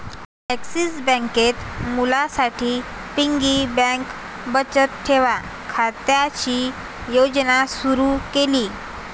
axis बँकेत मुलांसाठी piggy bank बचत ठेव खात्याची योजना सुरू केली